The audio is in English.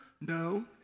No